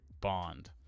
Bond